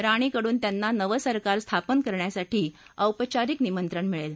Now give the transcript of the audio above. राणीकडून त्यांना नवं सरकार स्थापन करण्यासाठी औपचारिक निमंत्रण मिळेल